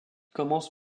commence